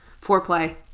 foreplay